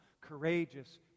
courageous